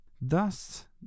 Thus